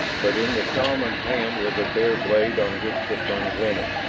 but in the shaman's hand was a bare blade on which the sun glinted.